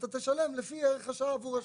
אתה תשלם לפי ערך השעה עבור השעתיים.